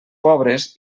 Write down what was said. pobres